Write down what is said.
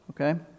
okay